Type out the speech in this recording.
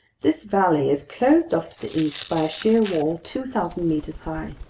this valley is closed off to the east by a sheer wall two thousand meters high.